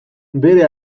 bere